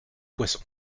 poisson